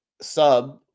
sub